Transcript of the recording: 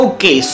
Okay